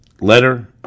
letter